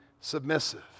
submissive